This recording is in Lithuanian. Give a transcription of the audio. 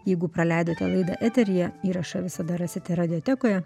jeigu praleidote laidą eteryje įrašą visada rasite radiotekoje